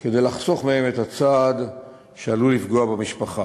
כדי לחסוך מהם את הצעד שעלול לפגוע במשפחה.